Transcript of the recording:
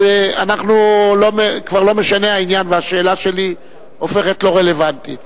אז כבר לא משנה העניין והשאלה שלי הופכת לא רלוונטית,